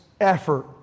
effort